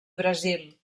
brasil